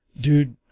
dude